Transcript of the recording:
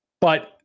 but-